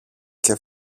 και